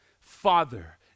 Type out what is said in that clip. Father